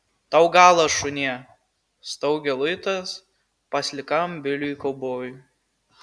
tau galas šunie staugia luitas paslikam biliui kaubojui